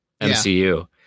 MCU